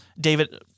David